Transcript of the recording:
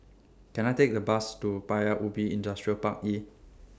Can I Take A Bus to Paya Ubi Industrial Park E